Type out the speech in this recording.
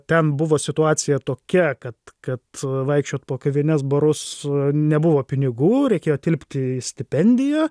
ten buvo situacija tokia kad kad vaikščiot po kavines barus nebuvo pinigų reikėjo tilpti į stipendiją